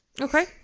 Okay